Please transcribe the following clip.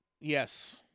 Yes